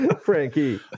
Frankie